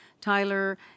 Tyler